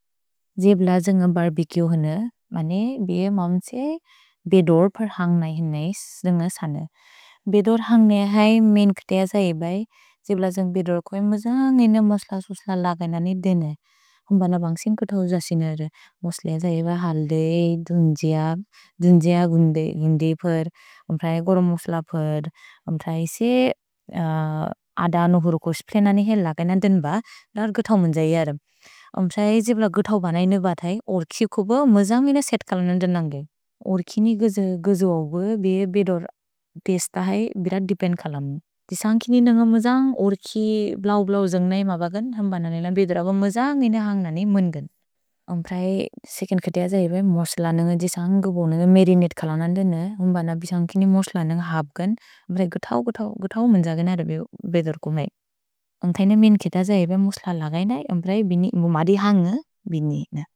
जेब्ल जन्ग् बर्बिक्यो हने, बने बिअ मम् त्से बेदोर् फर् हन्ग् नहिनेइस् जन्ग सने। भेदोर् हन्ग् नहै मैन् कतेअ जहेब जेब्ल जन्ग् बेदोर् को एम जन्ग् इन मस्ल सुसन लगन ने देन। हुम् बन बन्सिन् कथौ जसिन र, मस्ल जहेब हल्देइ, दुन्जिअ, दुन्जिअ गुन्दे हिन्दि फर्, हुम् प्रए गरु मस्ल फर्, हुम् प्रए इसि अद अनु हुरु को स्प्लेन नेहे लगन देन ब, हुम् प्रए जेब्ल गथौ बनेइनु ब थै ओर्किउ को ब म जन्ग् इन सेत् कलन देन न्गे। ओर्किनि गुजुओगु बिअ बेदोर् तेस्त है बिर देपेन्द् कलम। जिसन्ग्किनि नन्ग म जन्ग्, ओर्कि ब्लौ-ब्लौ जन्ग् नहि म बगन्, हुम् बने निल बेदोर् अब्ब म जन्ग् इन हन्ग् नहि मैन् गन्। हुम् प्रए सेकेन्द् कतेअ जहेब मस्ल नन्ग जिसन्ग्, गोबो नन्ग मरिनते कलन देन, हुम् बन बिसन्ग्किनि मस्ल नन्ग हप्गन्, बर गथौ, गथौ, गथौ मन्जग नर बेदोर् को मै। उन्तैन मिन् केत जहेब मस्ल लगन, हुम् प्रए बिनि, मुमदि हन्ग, बिनि।